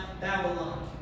Babylon